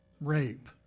rape